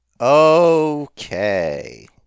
Okay